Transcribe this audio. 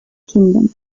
kingdom